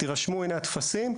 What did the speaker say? תירשמו,